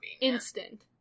instant